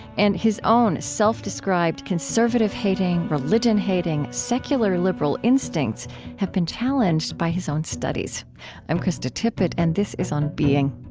and his own self-described conservative-hating, religion-hating, secular-liberal instincts have been challenged by his own studies i'm krista tippett, and this is on being